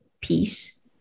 peace